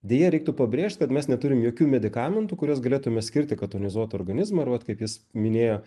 deja reiktų pabrėžt kad mes neturim jokių medikamentų kuriuos galėtume skirti kad tonizuotų organizmą ir vat kaip jis minėjo